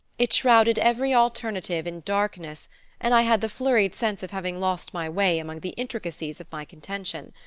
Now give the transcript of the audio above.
it shrouded every alternative in darkness and i had the flurried sense of having lost my way among the intricacies of my contention.